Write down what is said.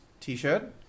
t-shirt